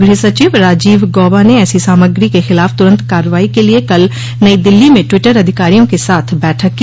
गृह सचिव राजीव गौबा ने ऐसी सामग्री के खिलाफ तुरंत कार्रवाई के लिए कल नई दिल्ली में टिवटर अधिकारियों के साथ बैठक की